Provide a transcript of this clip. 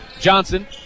Johnson